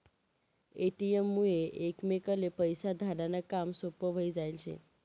ATM मुये एकमेकले पैसा धाडा नं काम सोपं व्हयी जायेल शे